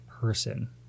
person